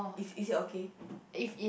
is it okay